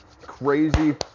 crazy